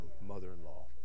mother-in-law